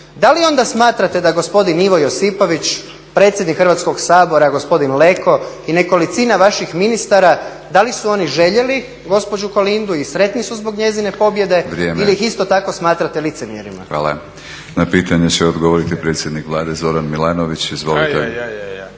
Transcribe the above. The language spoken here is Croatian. da li onda smatrate da gospodin Ivo Josipović, predsjednik Hrvatskog sabora gospodin Leko i nekolicina vaših ministara da li su oni željeli gospođu Kolindu i sretni su zbog njezine pobjede ili ih isto tako smatrate licemjerima? **Batinić, Milorad (HNS)** Vrijeme. Hvala. Na pitanje će odgovoriti predsjednik Vlade Zoran Milanović. Izvolite.